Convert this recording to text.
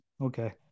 Okay